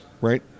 right